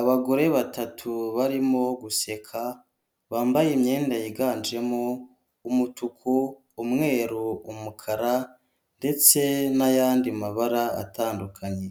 Abagore batatu barimo guseka, bambaye imyenda yiganjemo umutuku, umweru, umukara ndetse n'ayandi mabara atandukanye.